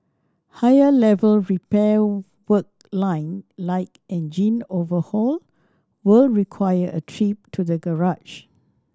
higher level repair work line like engine overhaul will require a trip to the garage